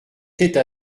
tête